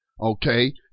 okay